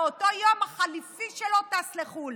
באותו יום החליפי שלו טס לחו"ל,